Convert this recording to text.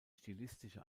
stilistische